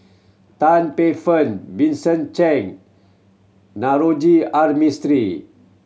Tan Paey Fern Vincent Cheng Naroji R Mistri